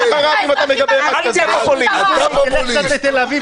אבל לא אמרתי את זה במקרה.